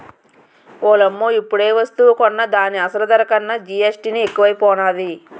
ఓలమ్మో ఇప్పుడేవస్తువు కొన్నా దాని అసలు ధర కన్నా జీఎస్టీ నే ఎక్కువైపోనాది